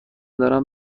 دارم